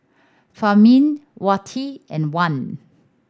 Fahmi Wati and Wan